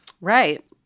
Right